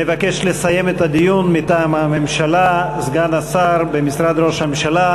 מבקש לסיים את הדיון מטעם הממשלה סגן השר במשרד ראש הממשלה,